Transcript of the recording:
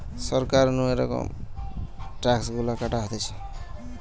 সরকার নু এরম ট্যাক্স গুলা কাটা হতিছে